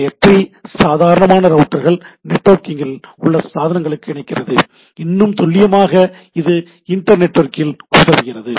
layer 3 சாதனமான ரவுட்டர்கள் நெட்வொர்க்கில் உள்ள சாதனங்களுடன் இணைகிறது இன்னும் துல்லியமாக இது இன்டர்நெட்வொர்க்கில் உதவுகிறது